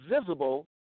visible